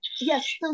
Yes